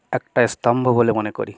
একটা স্তম্ভ বলে মনে করি